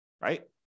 right